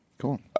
Cool